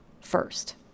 first